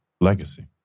Legacy